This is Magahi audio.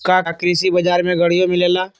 का कृषि बजार में गड़ियो मिलेला?